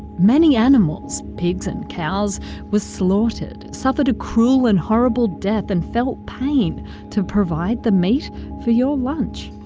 many animals pigs and cows were slaughtered, suffered a cruel and horrible death and felt pain to provide the meat for your lunch.